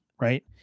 right